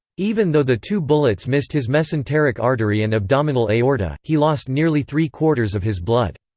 even though the two bullets missed his mesenteric artery and abdominal aorta, he lost nearly three-quarters of his blood.